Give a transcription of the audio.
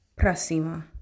próxima